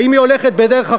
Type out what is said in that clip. האם היא הולכת בדרך אחרת?